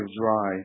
dry